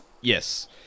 Yes